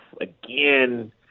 again